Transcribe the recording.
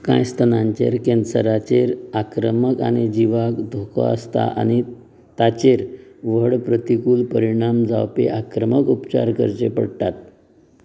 कांय स्तनांचेर कॅन्सराचेर आक्रमक आनी जिवाक धोको आसता आनी ताचेर व्हड प्रतिकूल परिणाम जावपी आक्रमक उपचार करचे पडटात